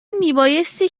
میبایستی